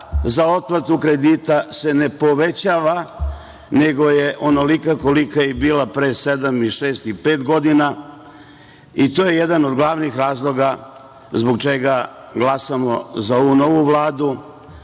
za otplatu kredita ne povećava, nego je onolika kolika je bila pre sedam, pet, šest godina. To je jedan od glavnih razloga zbog čega glasamo za ovu novu Vladu. Moram